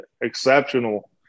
exceptional